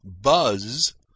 Buzz